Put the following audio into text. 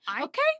Okay